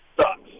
sucks